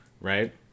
right